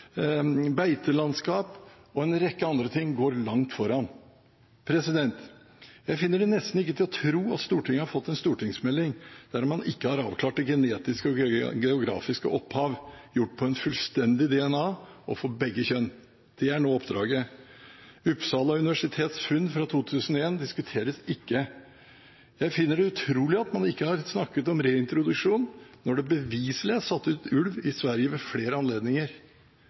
beitelandskap og en rekke andre ting går langt foran. Jeg finner det nesten ikke til å tro at Stortinget har fått en stortingsmelding der man ikke har avklart det genetiske og geografiske opphav gjort på en fullstendig DNA og for begge kjønn. Det er nå oppdraget. Uppsala universitets funn fra 2001 diskuteres ikke. Jeg finner det utrolig at man ikke har snakket om reintroduksjon når det beviselig er satt ut ulv i Sverige ved flere anledninger.